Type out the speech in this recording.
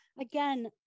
again